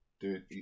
Dude